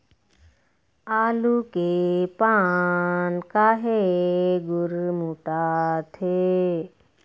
आलू के पान काहे गुरमुटाथे?